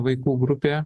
vaikų grupė